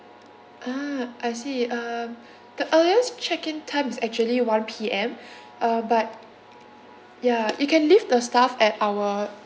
ah I see um the earliest check-in time is actually one P_M uh but ya you can leave the stuff at our